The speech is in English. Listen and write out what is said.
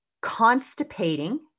constipating